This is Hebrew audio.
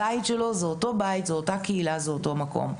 הבית שלו הוא אותו בית; זוהי אותה קהילה; זהו אותו מקום.